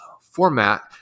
format